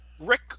Rick